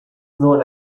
known